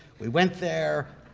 we went there.